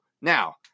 Now